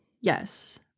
Yes